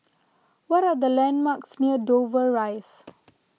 what are the landmarks near Dover Rise